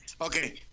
Okay